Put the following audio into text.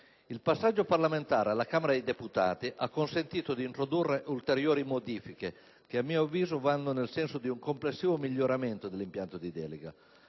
Il passaggio parlamentare alla Camera dei deputati ha consentito di introdurre ulteriori modifiche, che, a mio avviso, vanno nel senso di un complessivo miglioramento dell'impianto di delega.